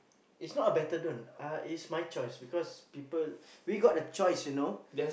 is not a better don't uh it's my choice because people we got a choice you know`